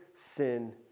sin